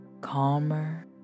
calmer